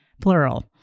plural